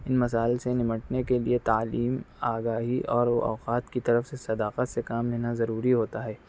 ان مسائل سے نمٹنے کے لئے تعلیم آگاہی اور اوقات کی طرف سے صداقت سے کام لینا ضروری ہوتا ہے